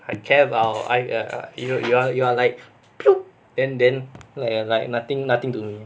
I care about I err you are you are you are like bloop and then like you like nothing nothing to